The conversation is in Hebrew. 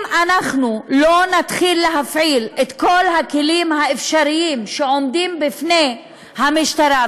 אם אנחנו לא נתחיל להפעיל את כל הכלים האפשריים שעומדים לרשות המשטרה,